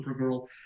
Supergirl